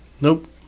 Nope